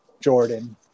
Jordan